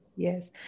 Yes